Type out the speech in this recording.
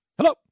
Hello